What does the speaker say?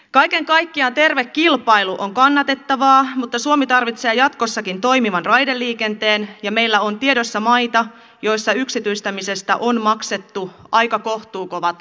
kaiken kaikkiaan terve kilpailu on kannatettavaa mutta suomi tarvitsee jatkossakin toimivan raideliikenteen ja meillä on tiedossa maita joissa yksityistämisestä on maksettu aika kohtuukovat oppirahat